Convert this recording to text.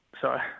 sorry